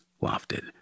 wafted